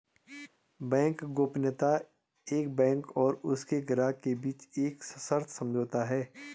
bank गोपनीयता एक bank और उसके ग्राहकों के बीच एक सशर्त समझौता है